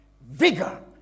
vigor